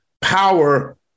power